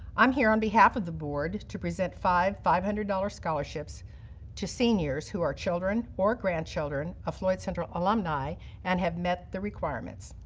i'm here on behalf of the board to present five five hundred dollars scholarships to seniors who are children or grandchildren of floyd central alumni and have met the requirements.